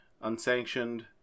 unsanctioned